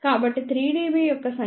కాబట్టి 3 dB యొక్క సంఖ్యా విలువ 1